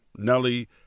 Nelly